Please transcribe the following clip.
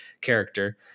character